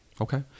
Okay